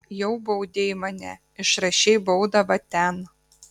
jau baudei mane išrašei baudą va ten